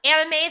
anime